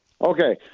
Okay